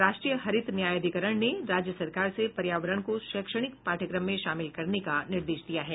राष्ट्रीय हरित न्यायाधिकरण ने राज्य सरकार से पर्यावरण को शैक्षणिक पाठ्यक्रम में शामिल करने का निर्देश दिया है